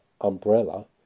umbrella